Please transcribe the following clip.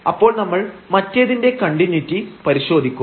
അപ്പോൾ നമ്മൾ മറ്റേതിന്റെ കണ്ടിന്യൂയിറ്റി പരിശോധിക്കും